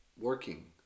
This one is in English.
working